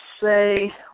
say